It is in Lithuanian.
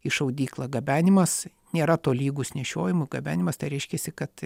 į šaudyklą gabenimas nėra tolygus nešiojimui gabenimas tai reiškiasi kad